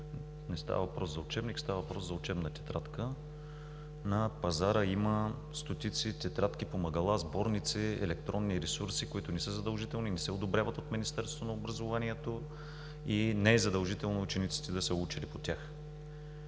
Не става въпрос за учебник, става въпрос за учебна тетрадка. На пазара има стотици тетрадки, помагала, сборници, електронни ресурси, които не са задължителни, не са одобрявани от Министерството на образованието и не е задължително учениците да са учили по тях.